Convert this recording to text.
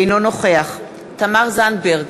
אינו נוכח תמר זנדברג,